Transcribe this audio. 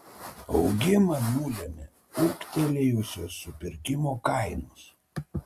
augimą nulėmė ūgtelėjusios supirkimo kainos